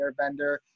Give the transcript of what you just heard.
Airbender